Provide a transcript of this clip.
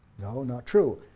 no, not true.